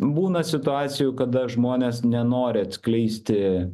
būna situacijų kada žmonės nenori atskleisti